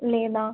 లేదా